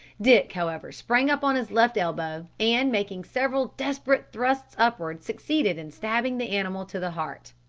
dick, however, sprang up on his left elbow, and, making several desperate thrusts upward, succeeded in stabbing the animal to the heart.